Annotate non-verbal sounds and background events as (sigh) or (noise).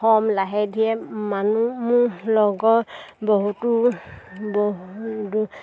(unintelligible) লাহে ধীৰে মানুহ মোৰ লগৰ বহুতো